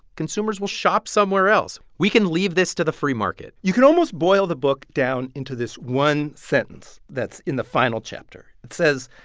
consumers will shop somewhere else. we can leave this to the free market you can almost boil the book down into this one sentence that's in the final chapter. it says,